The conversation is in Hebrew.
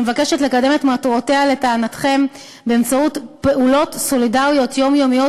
שמבקשת לקדם את מטרותיה לטענתכם "באמצעות פעולות סולידריות יומיומיות,